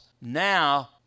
Now